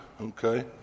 Okay